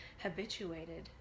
habituated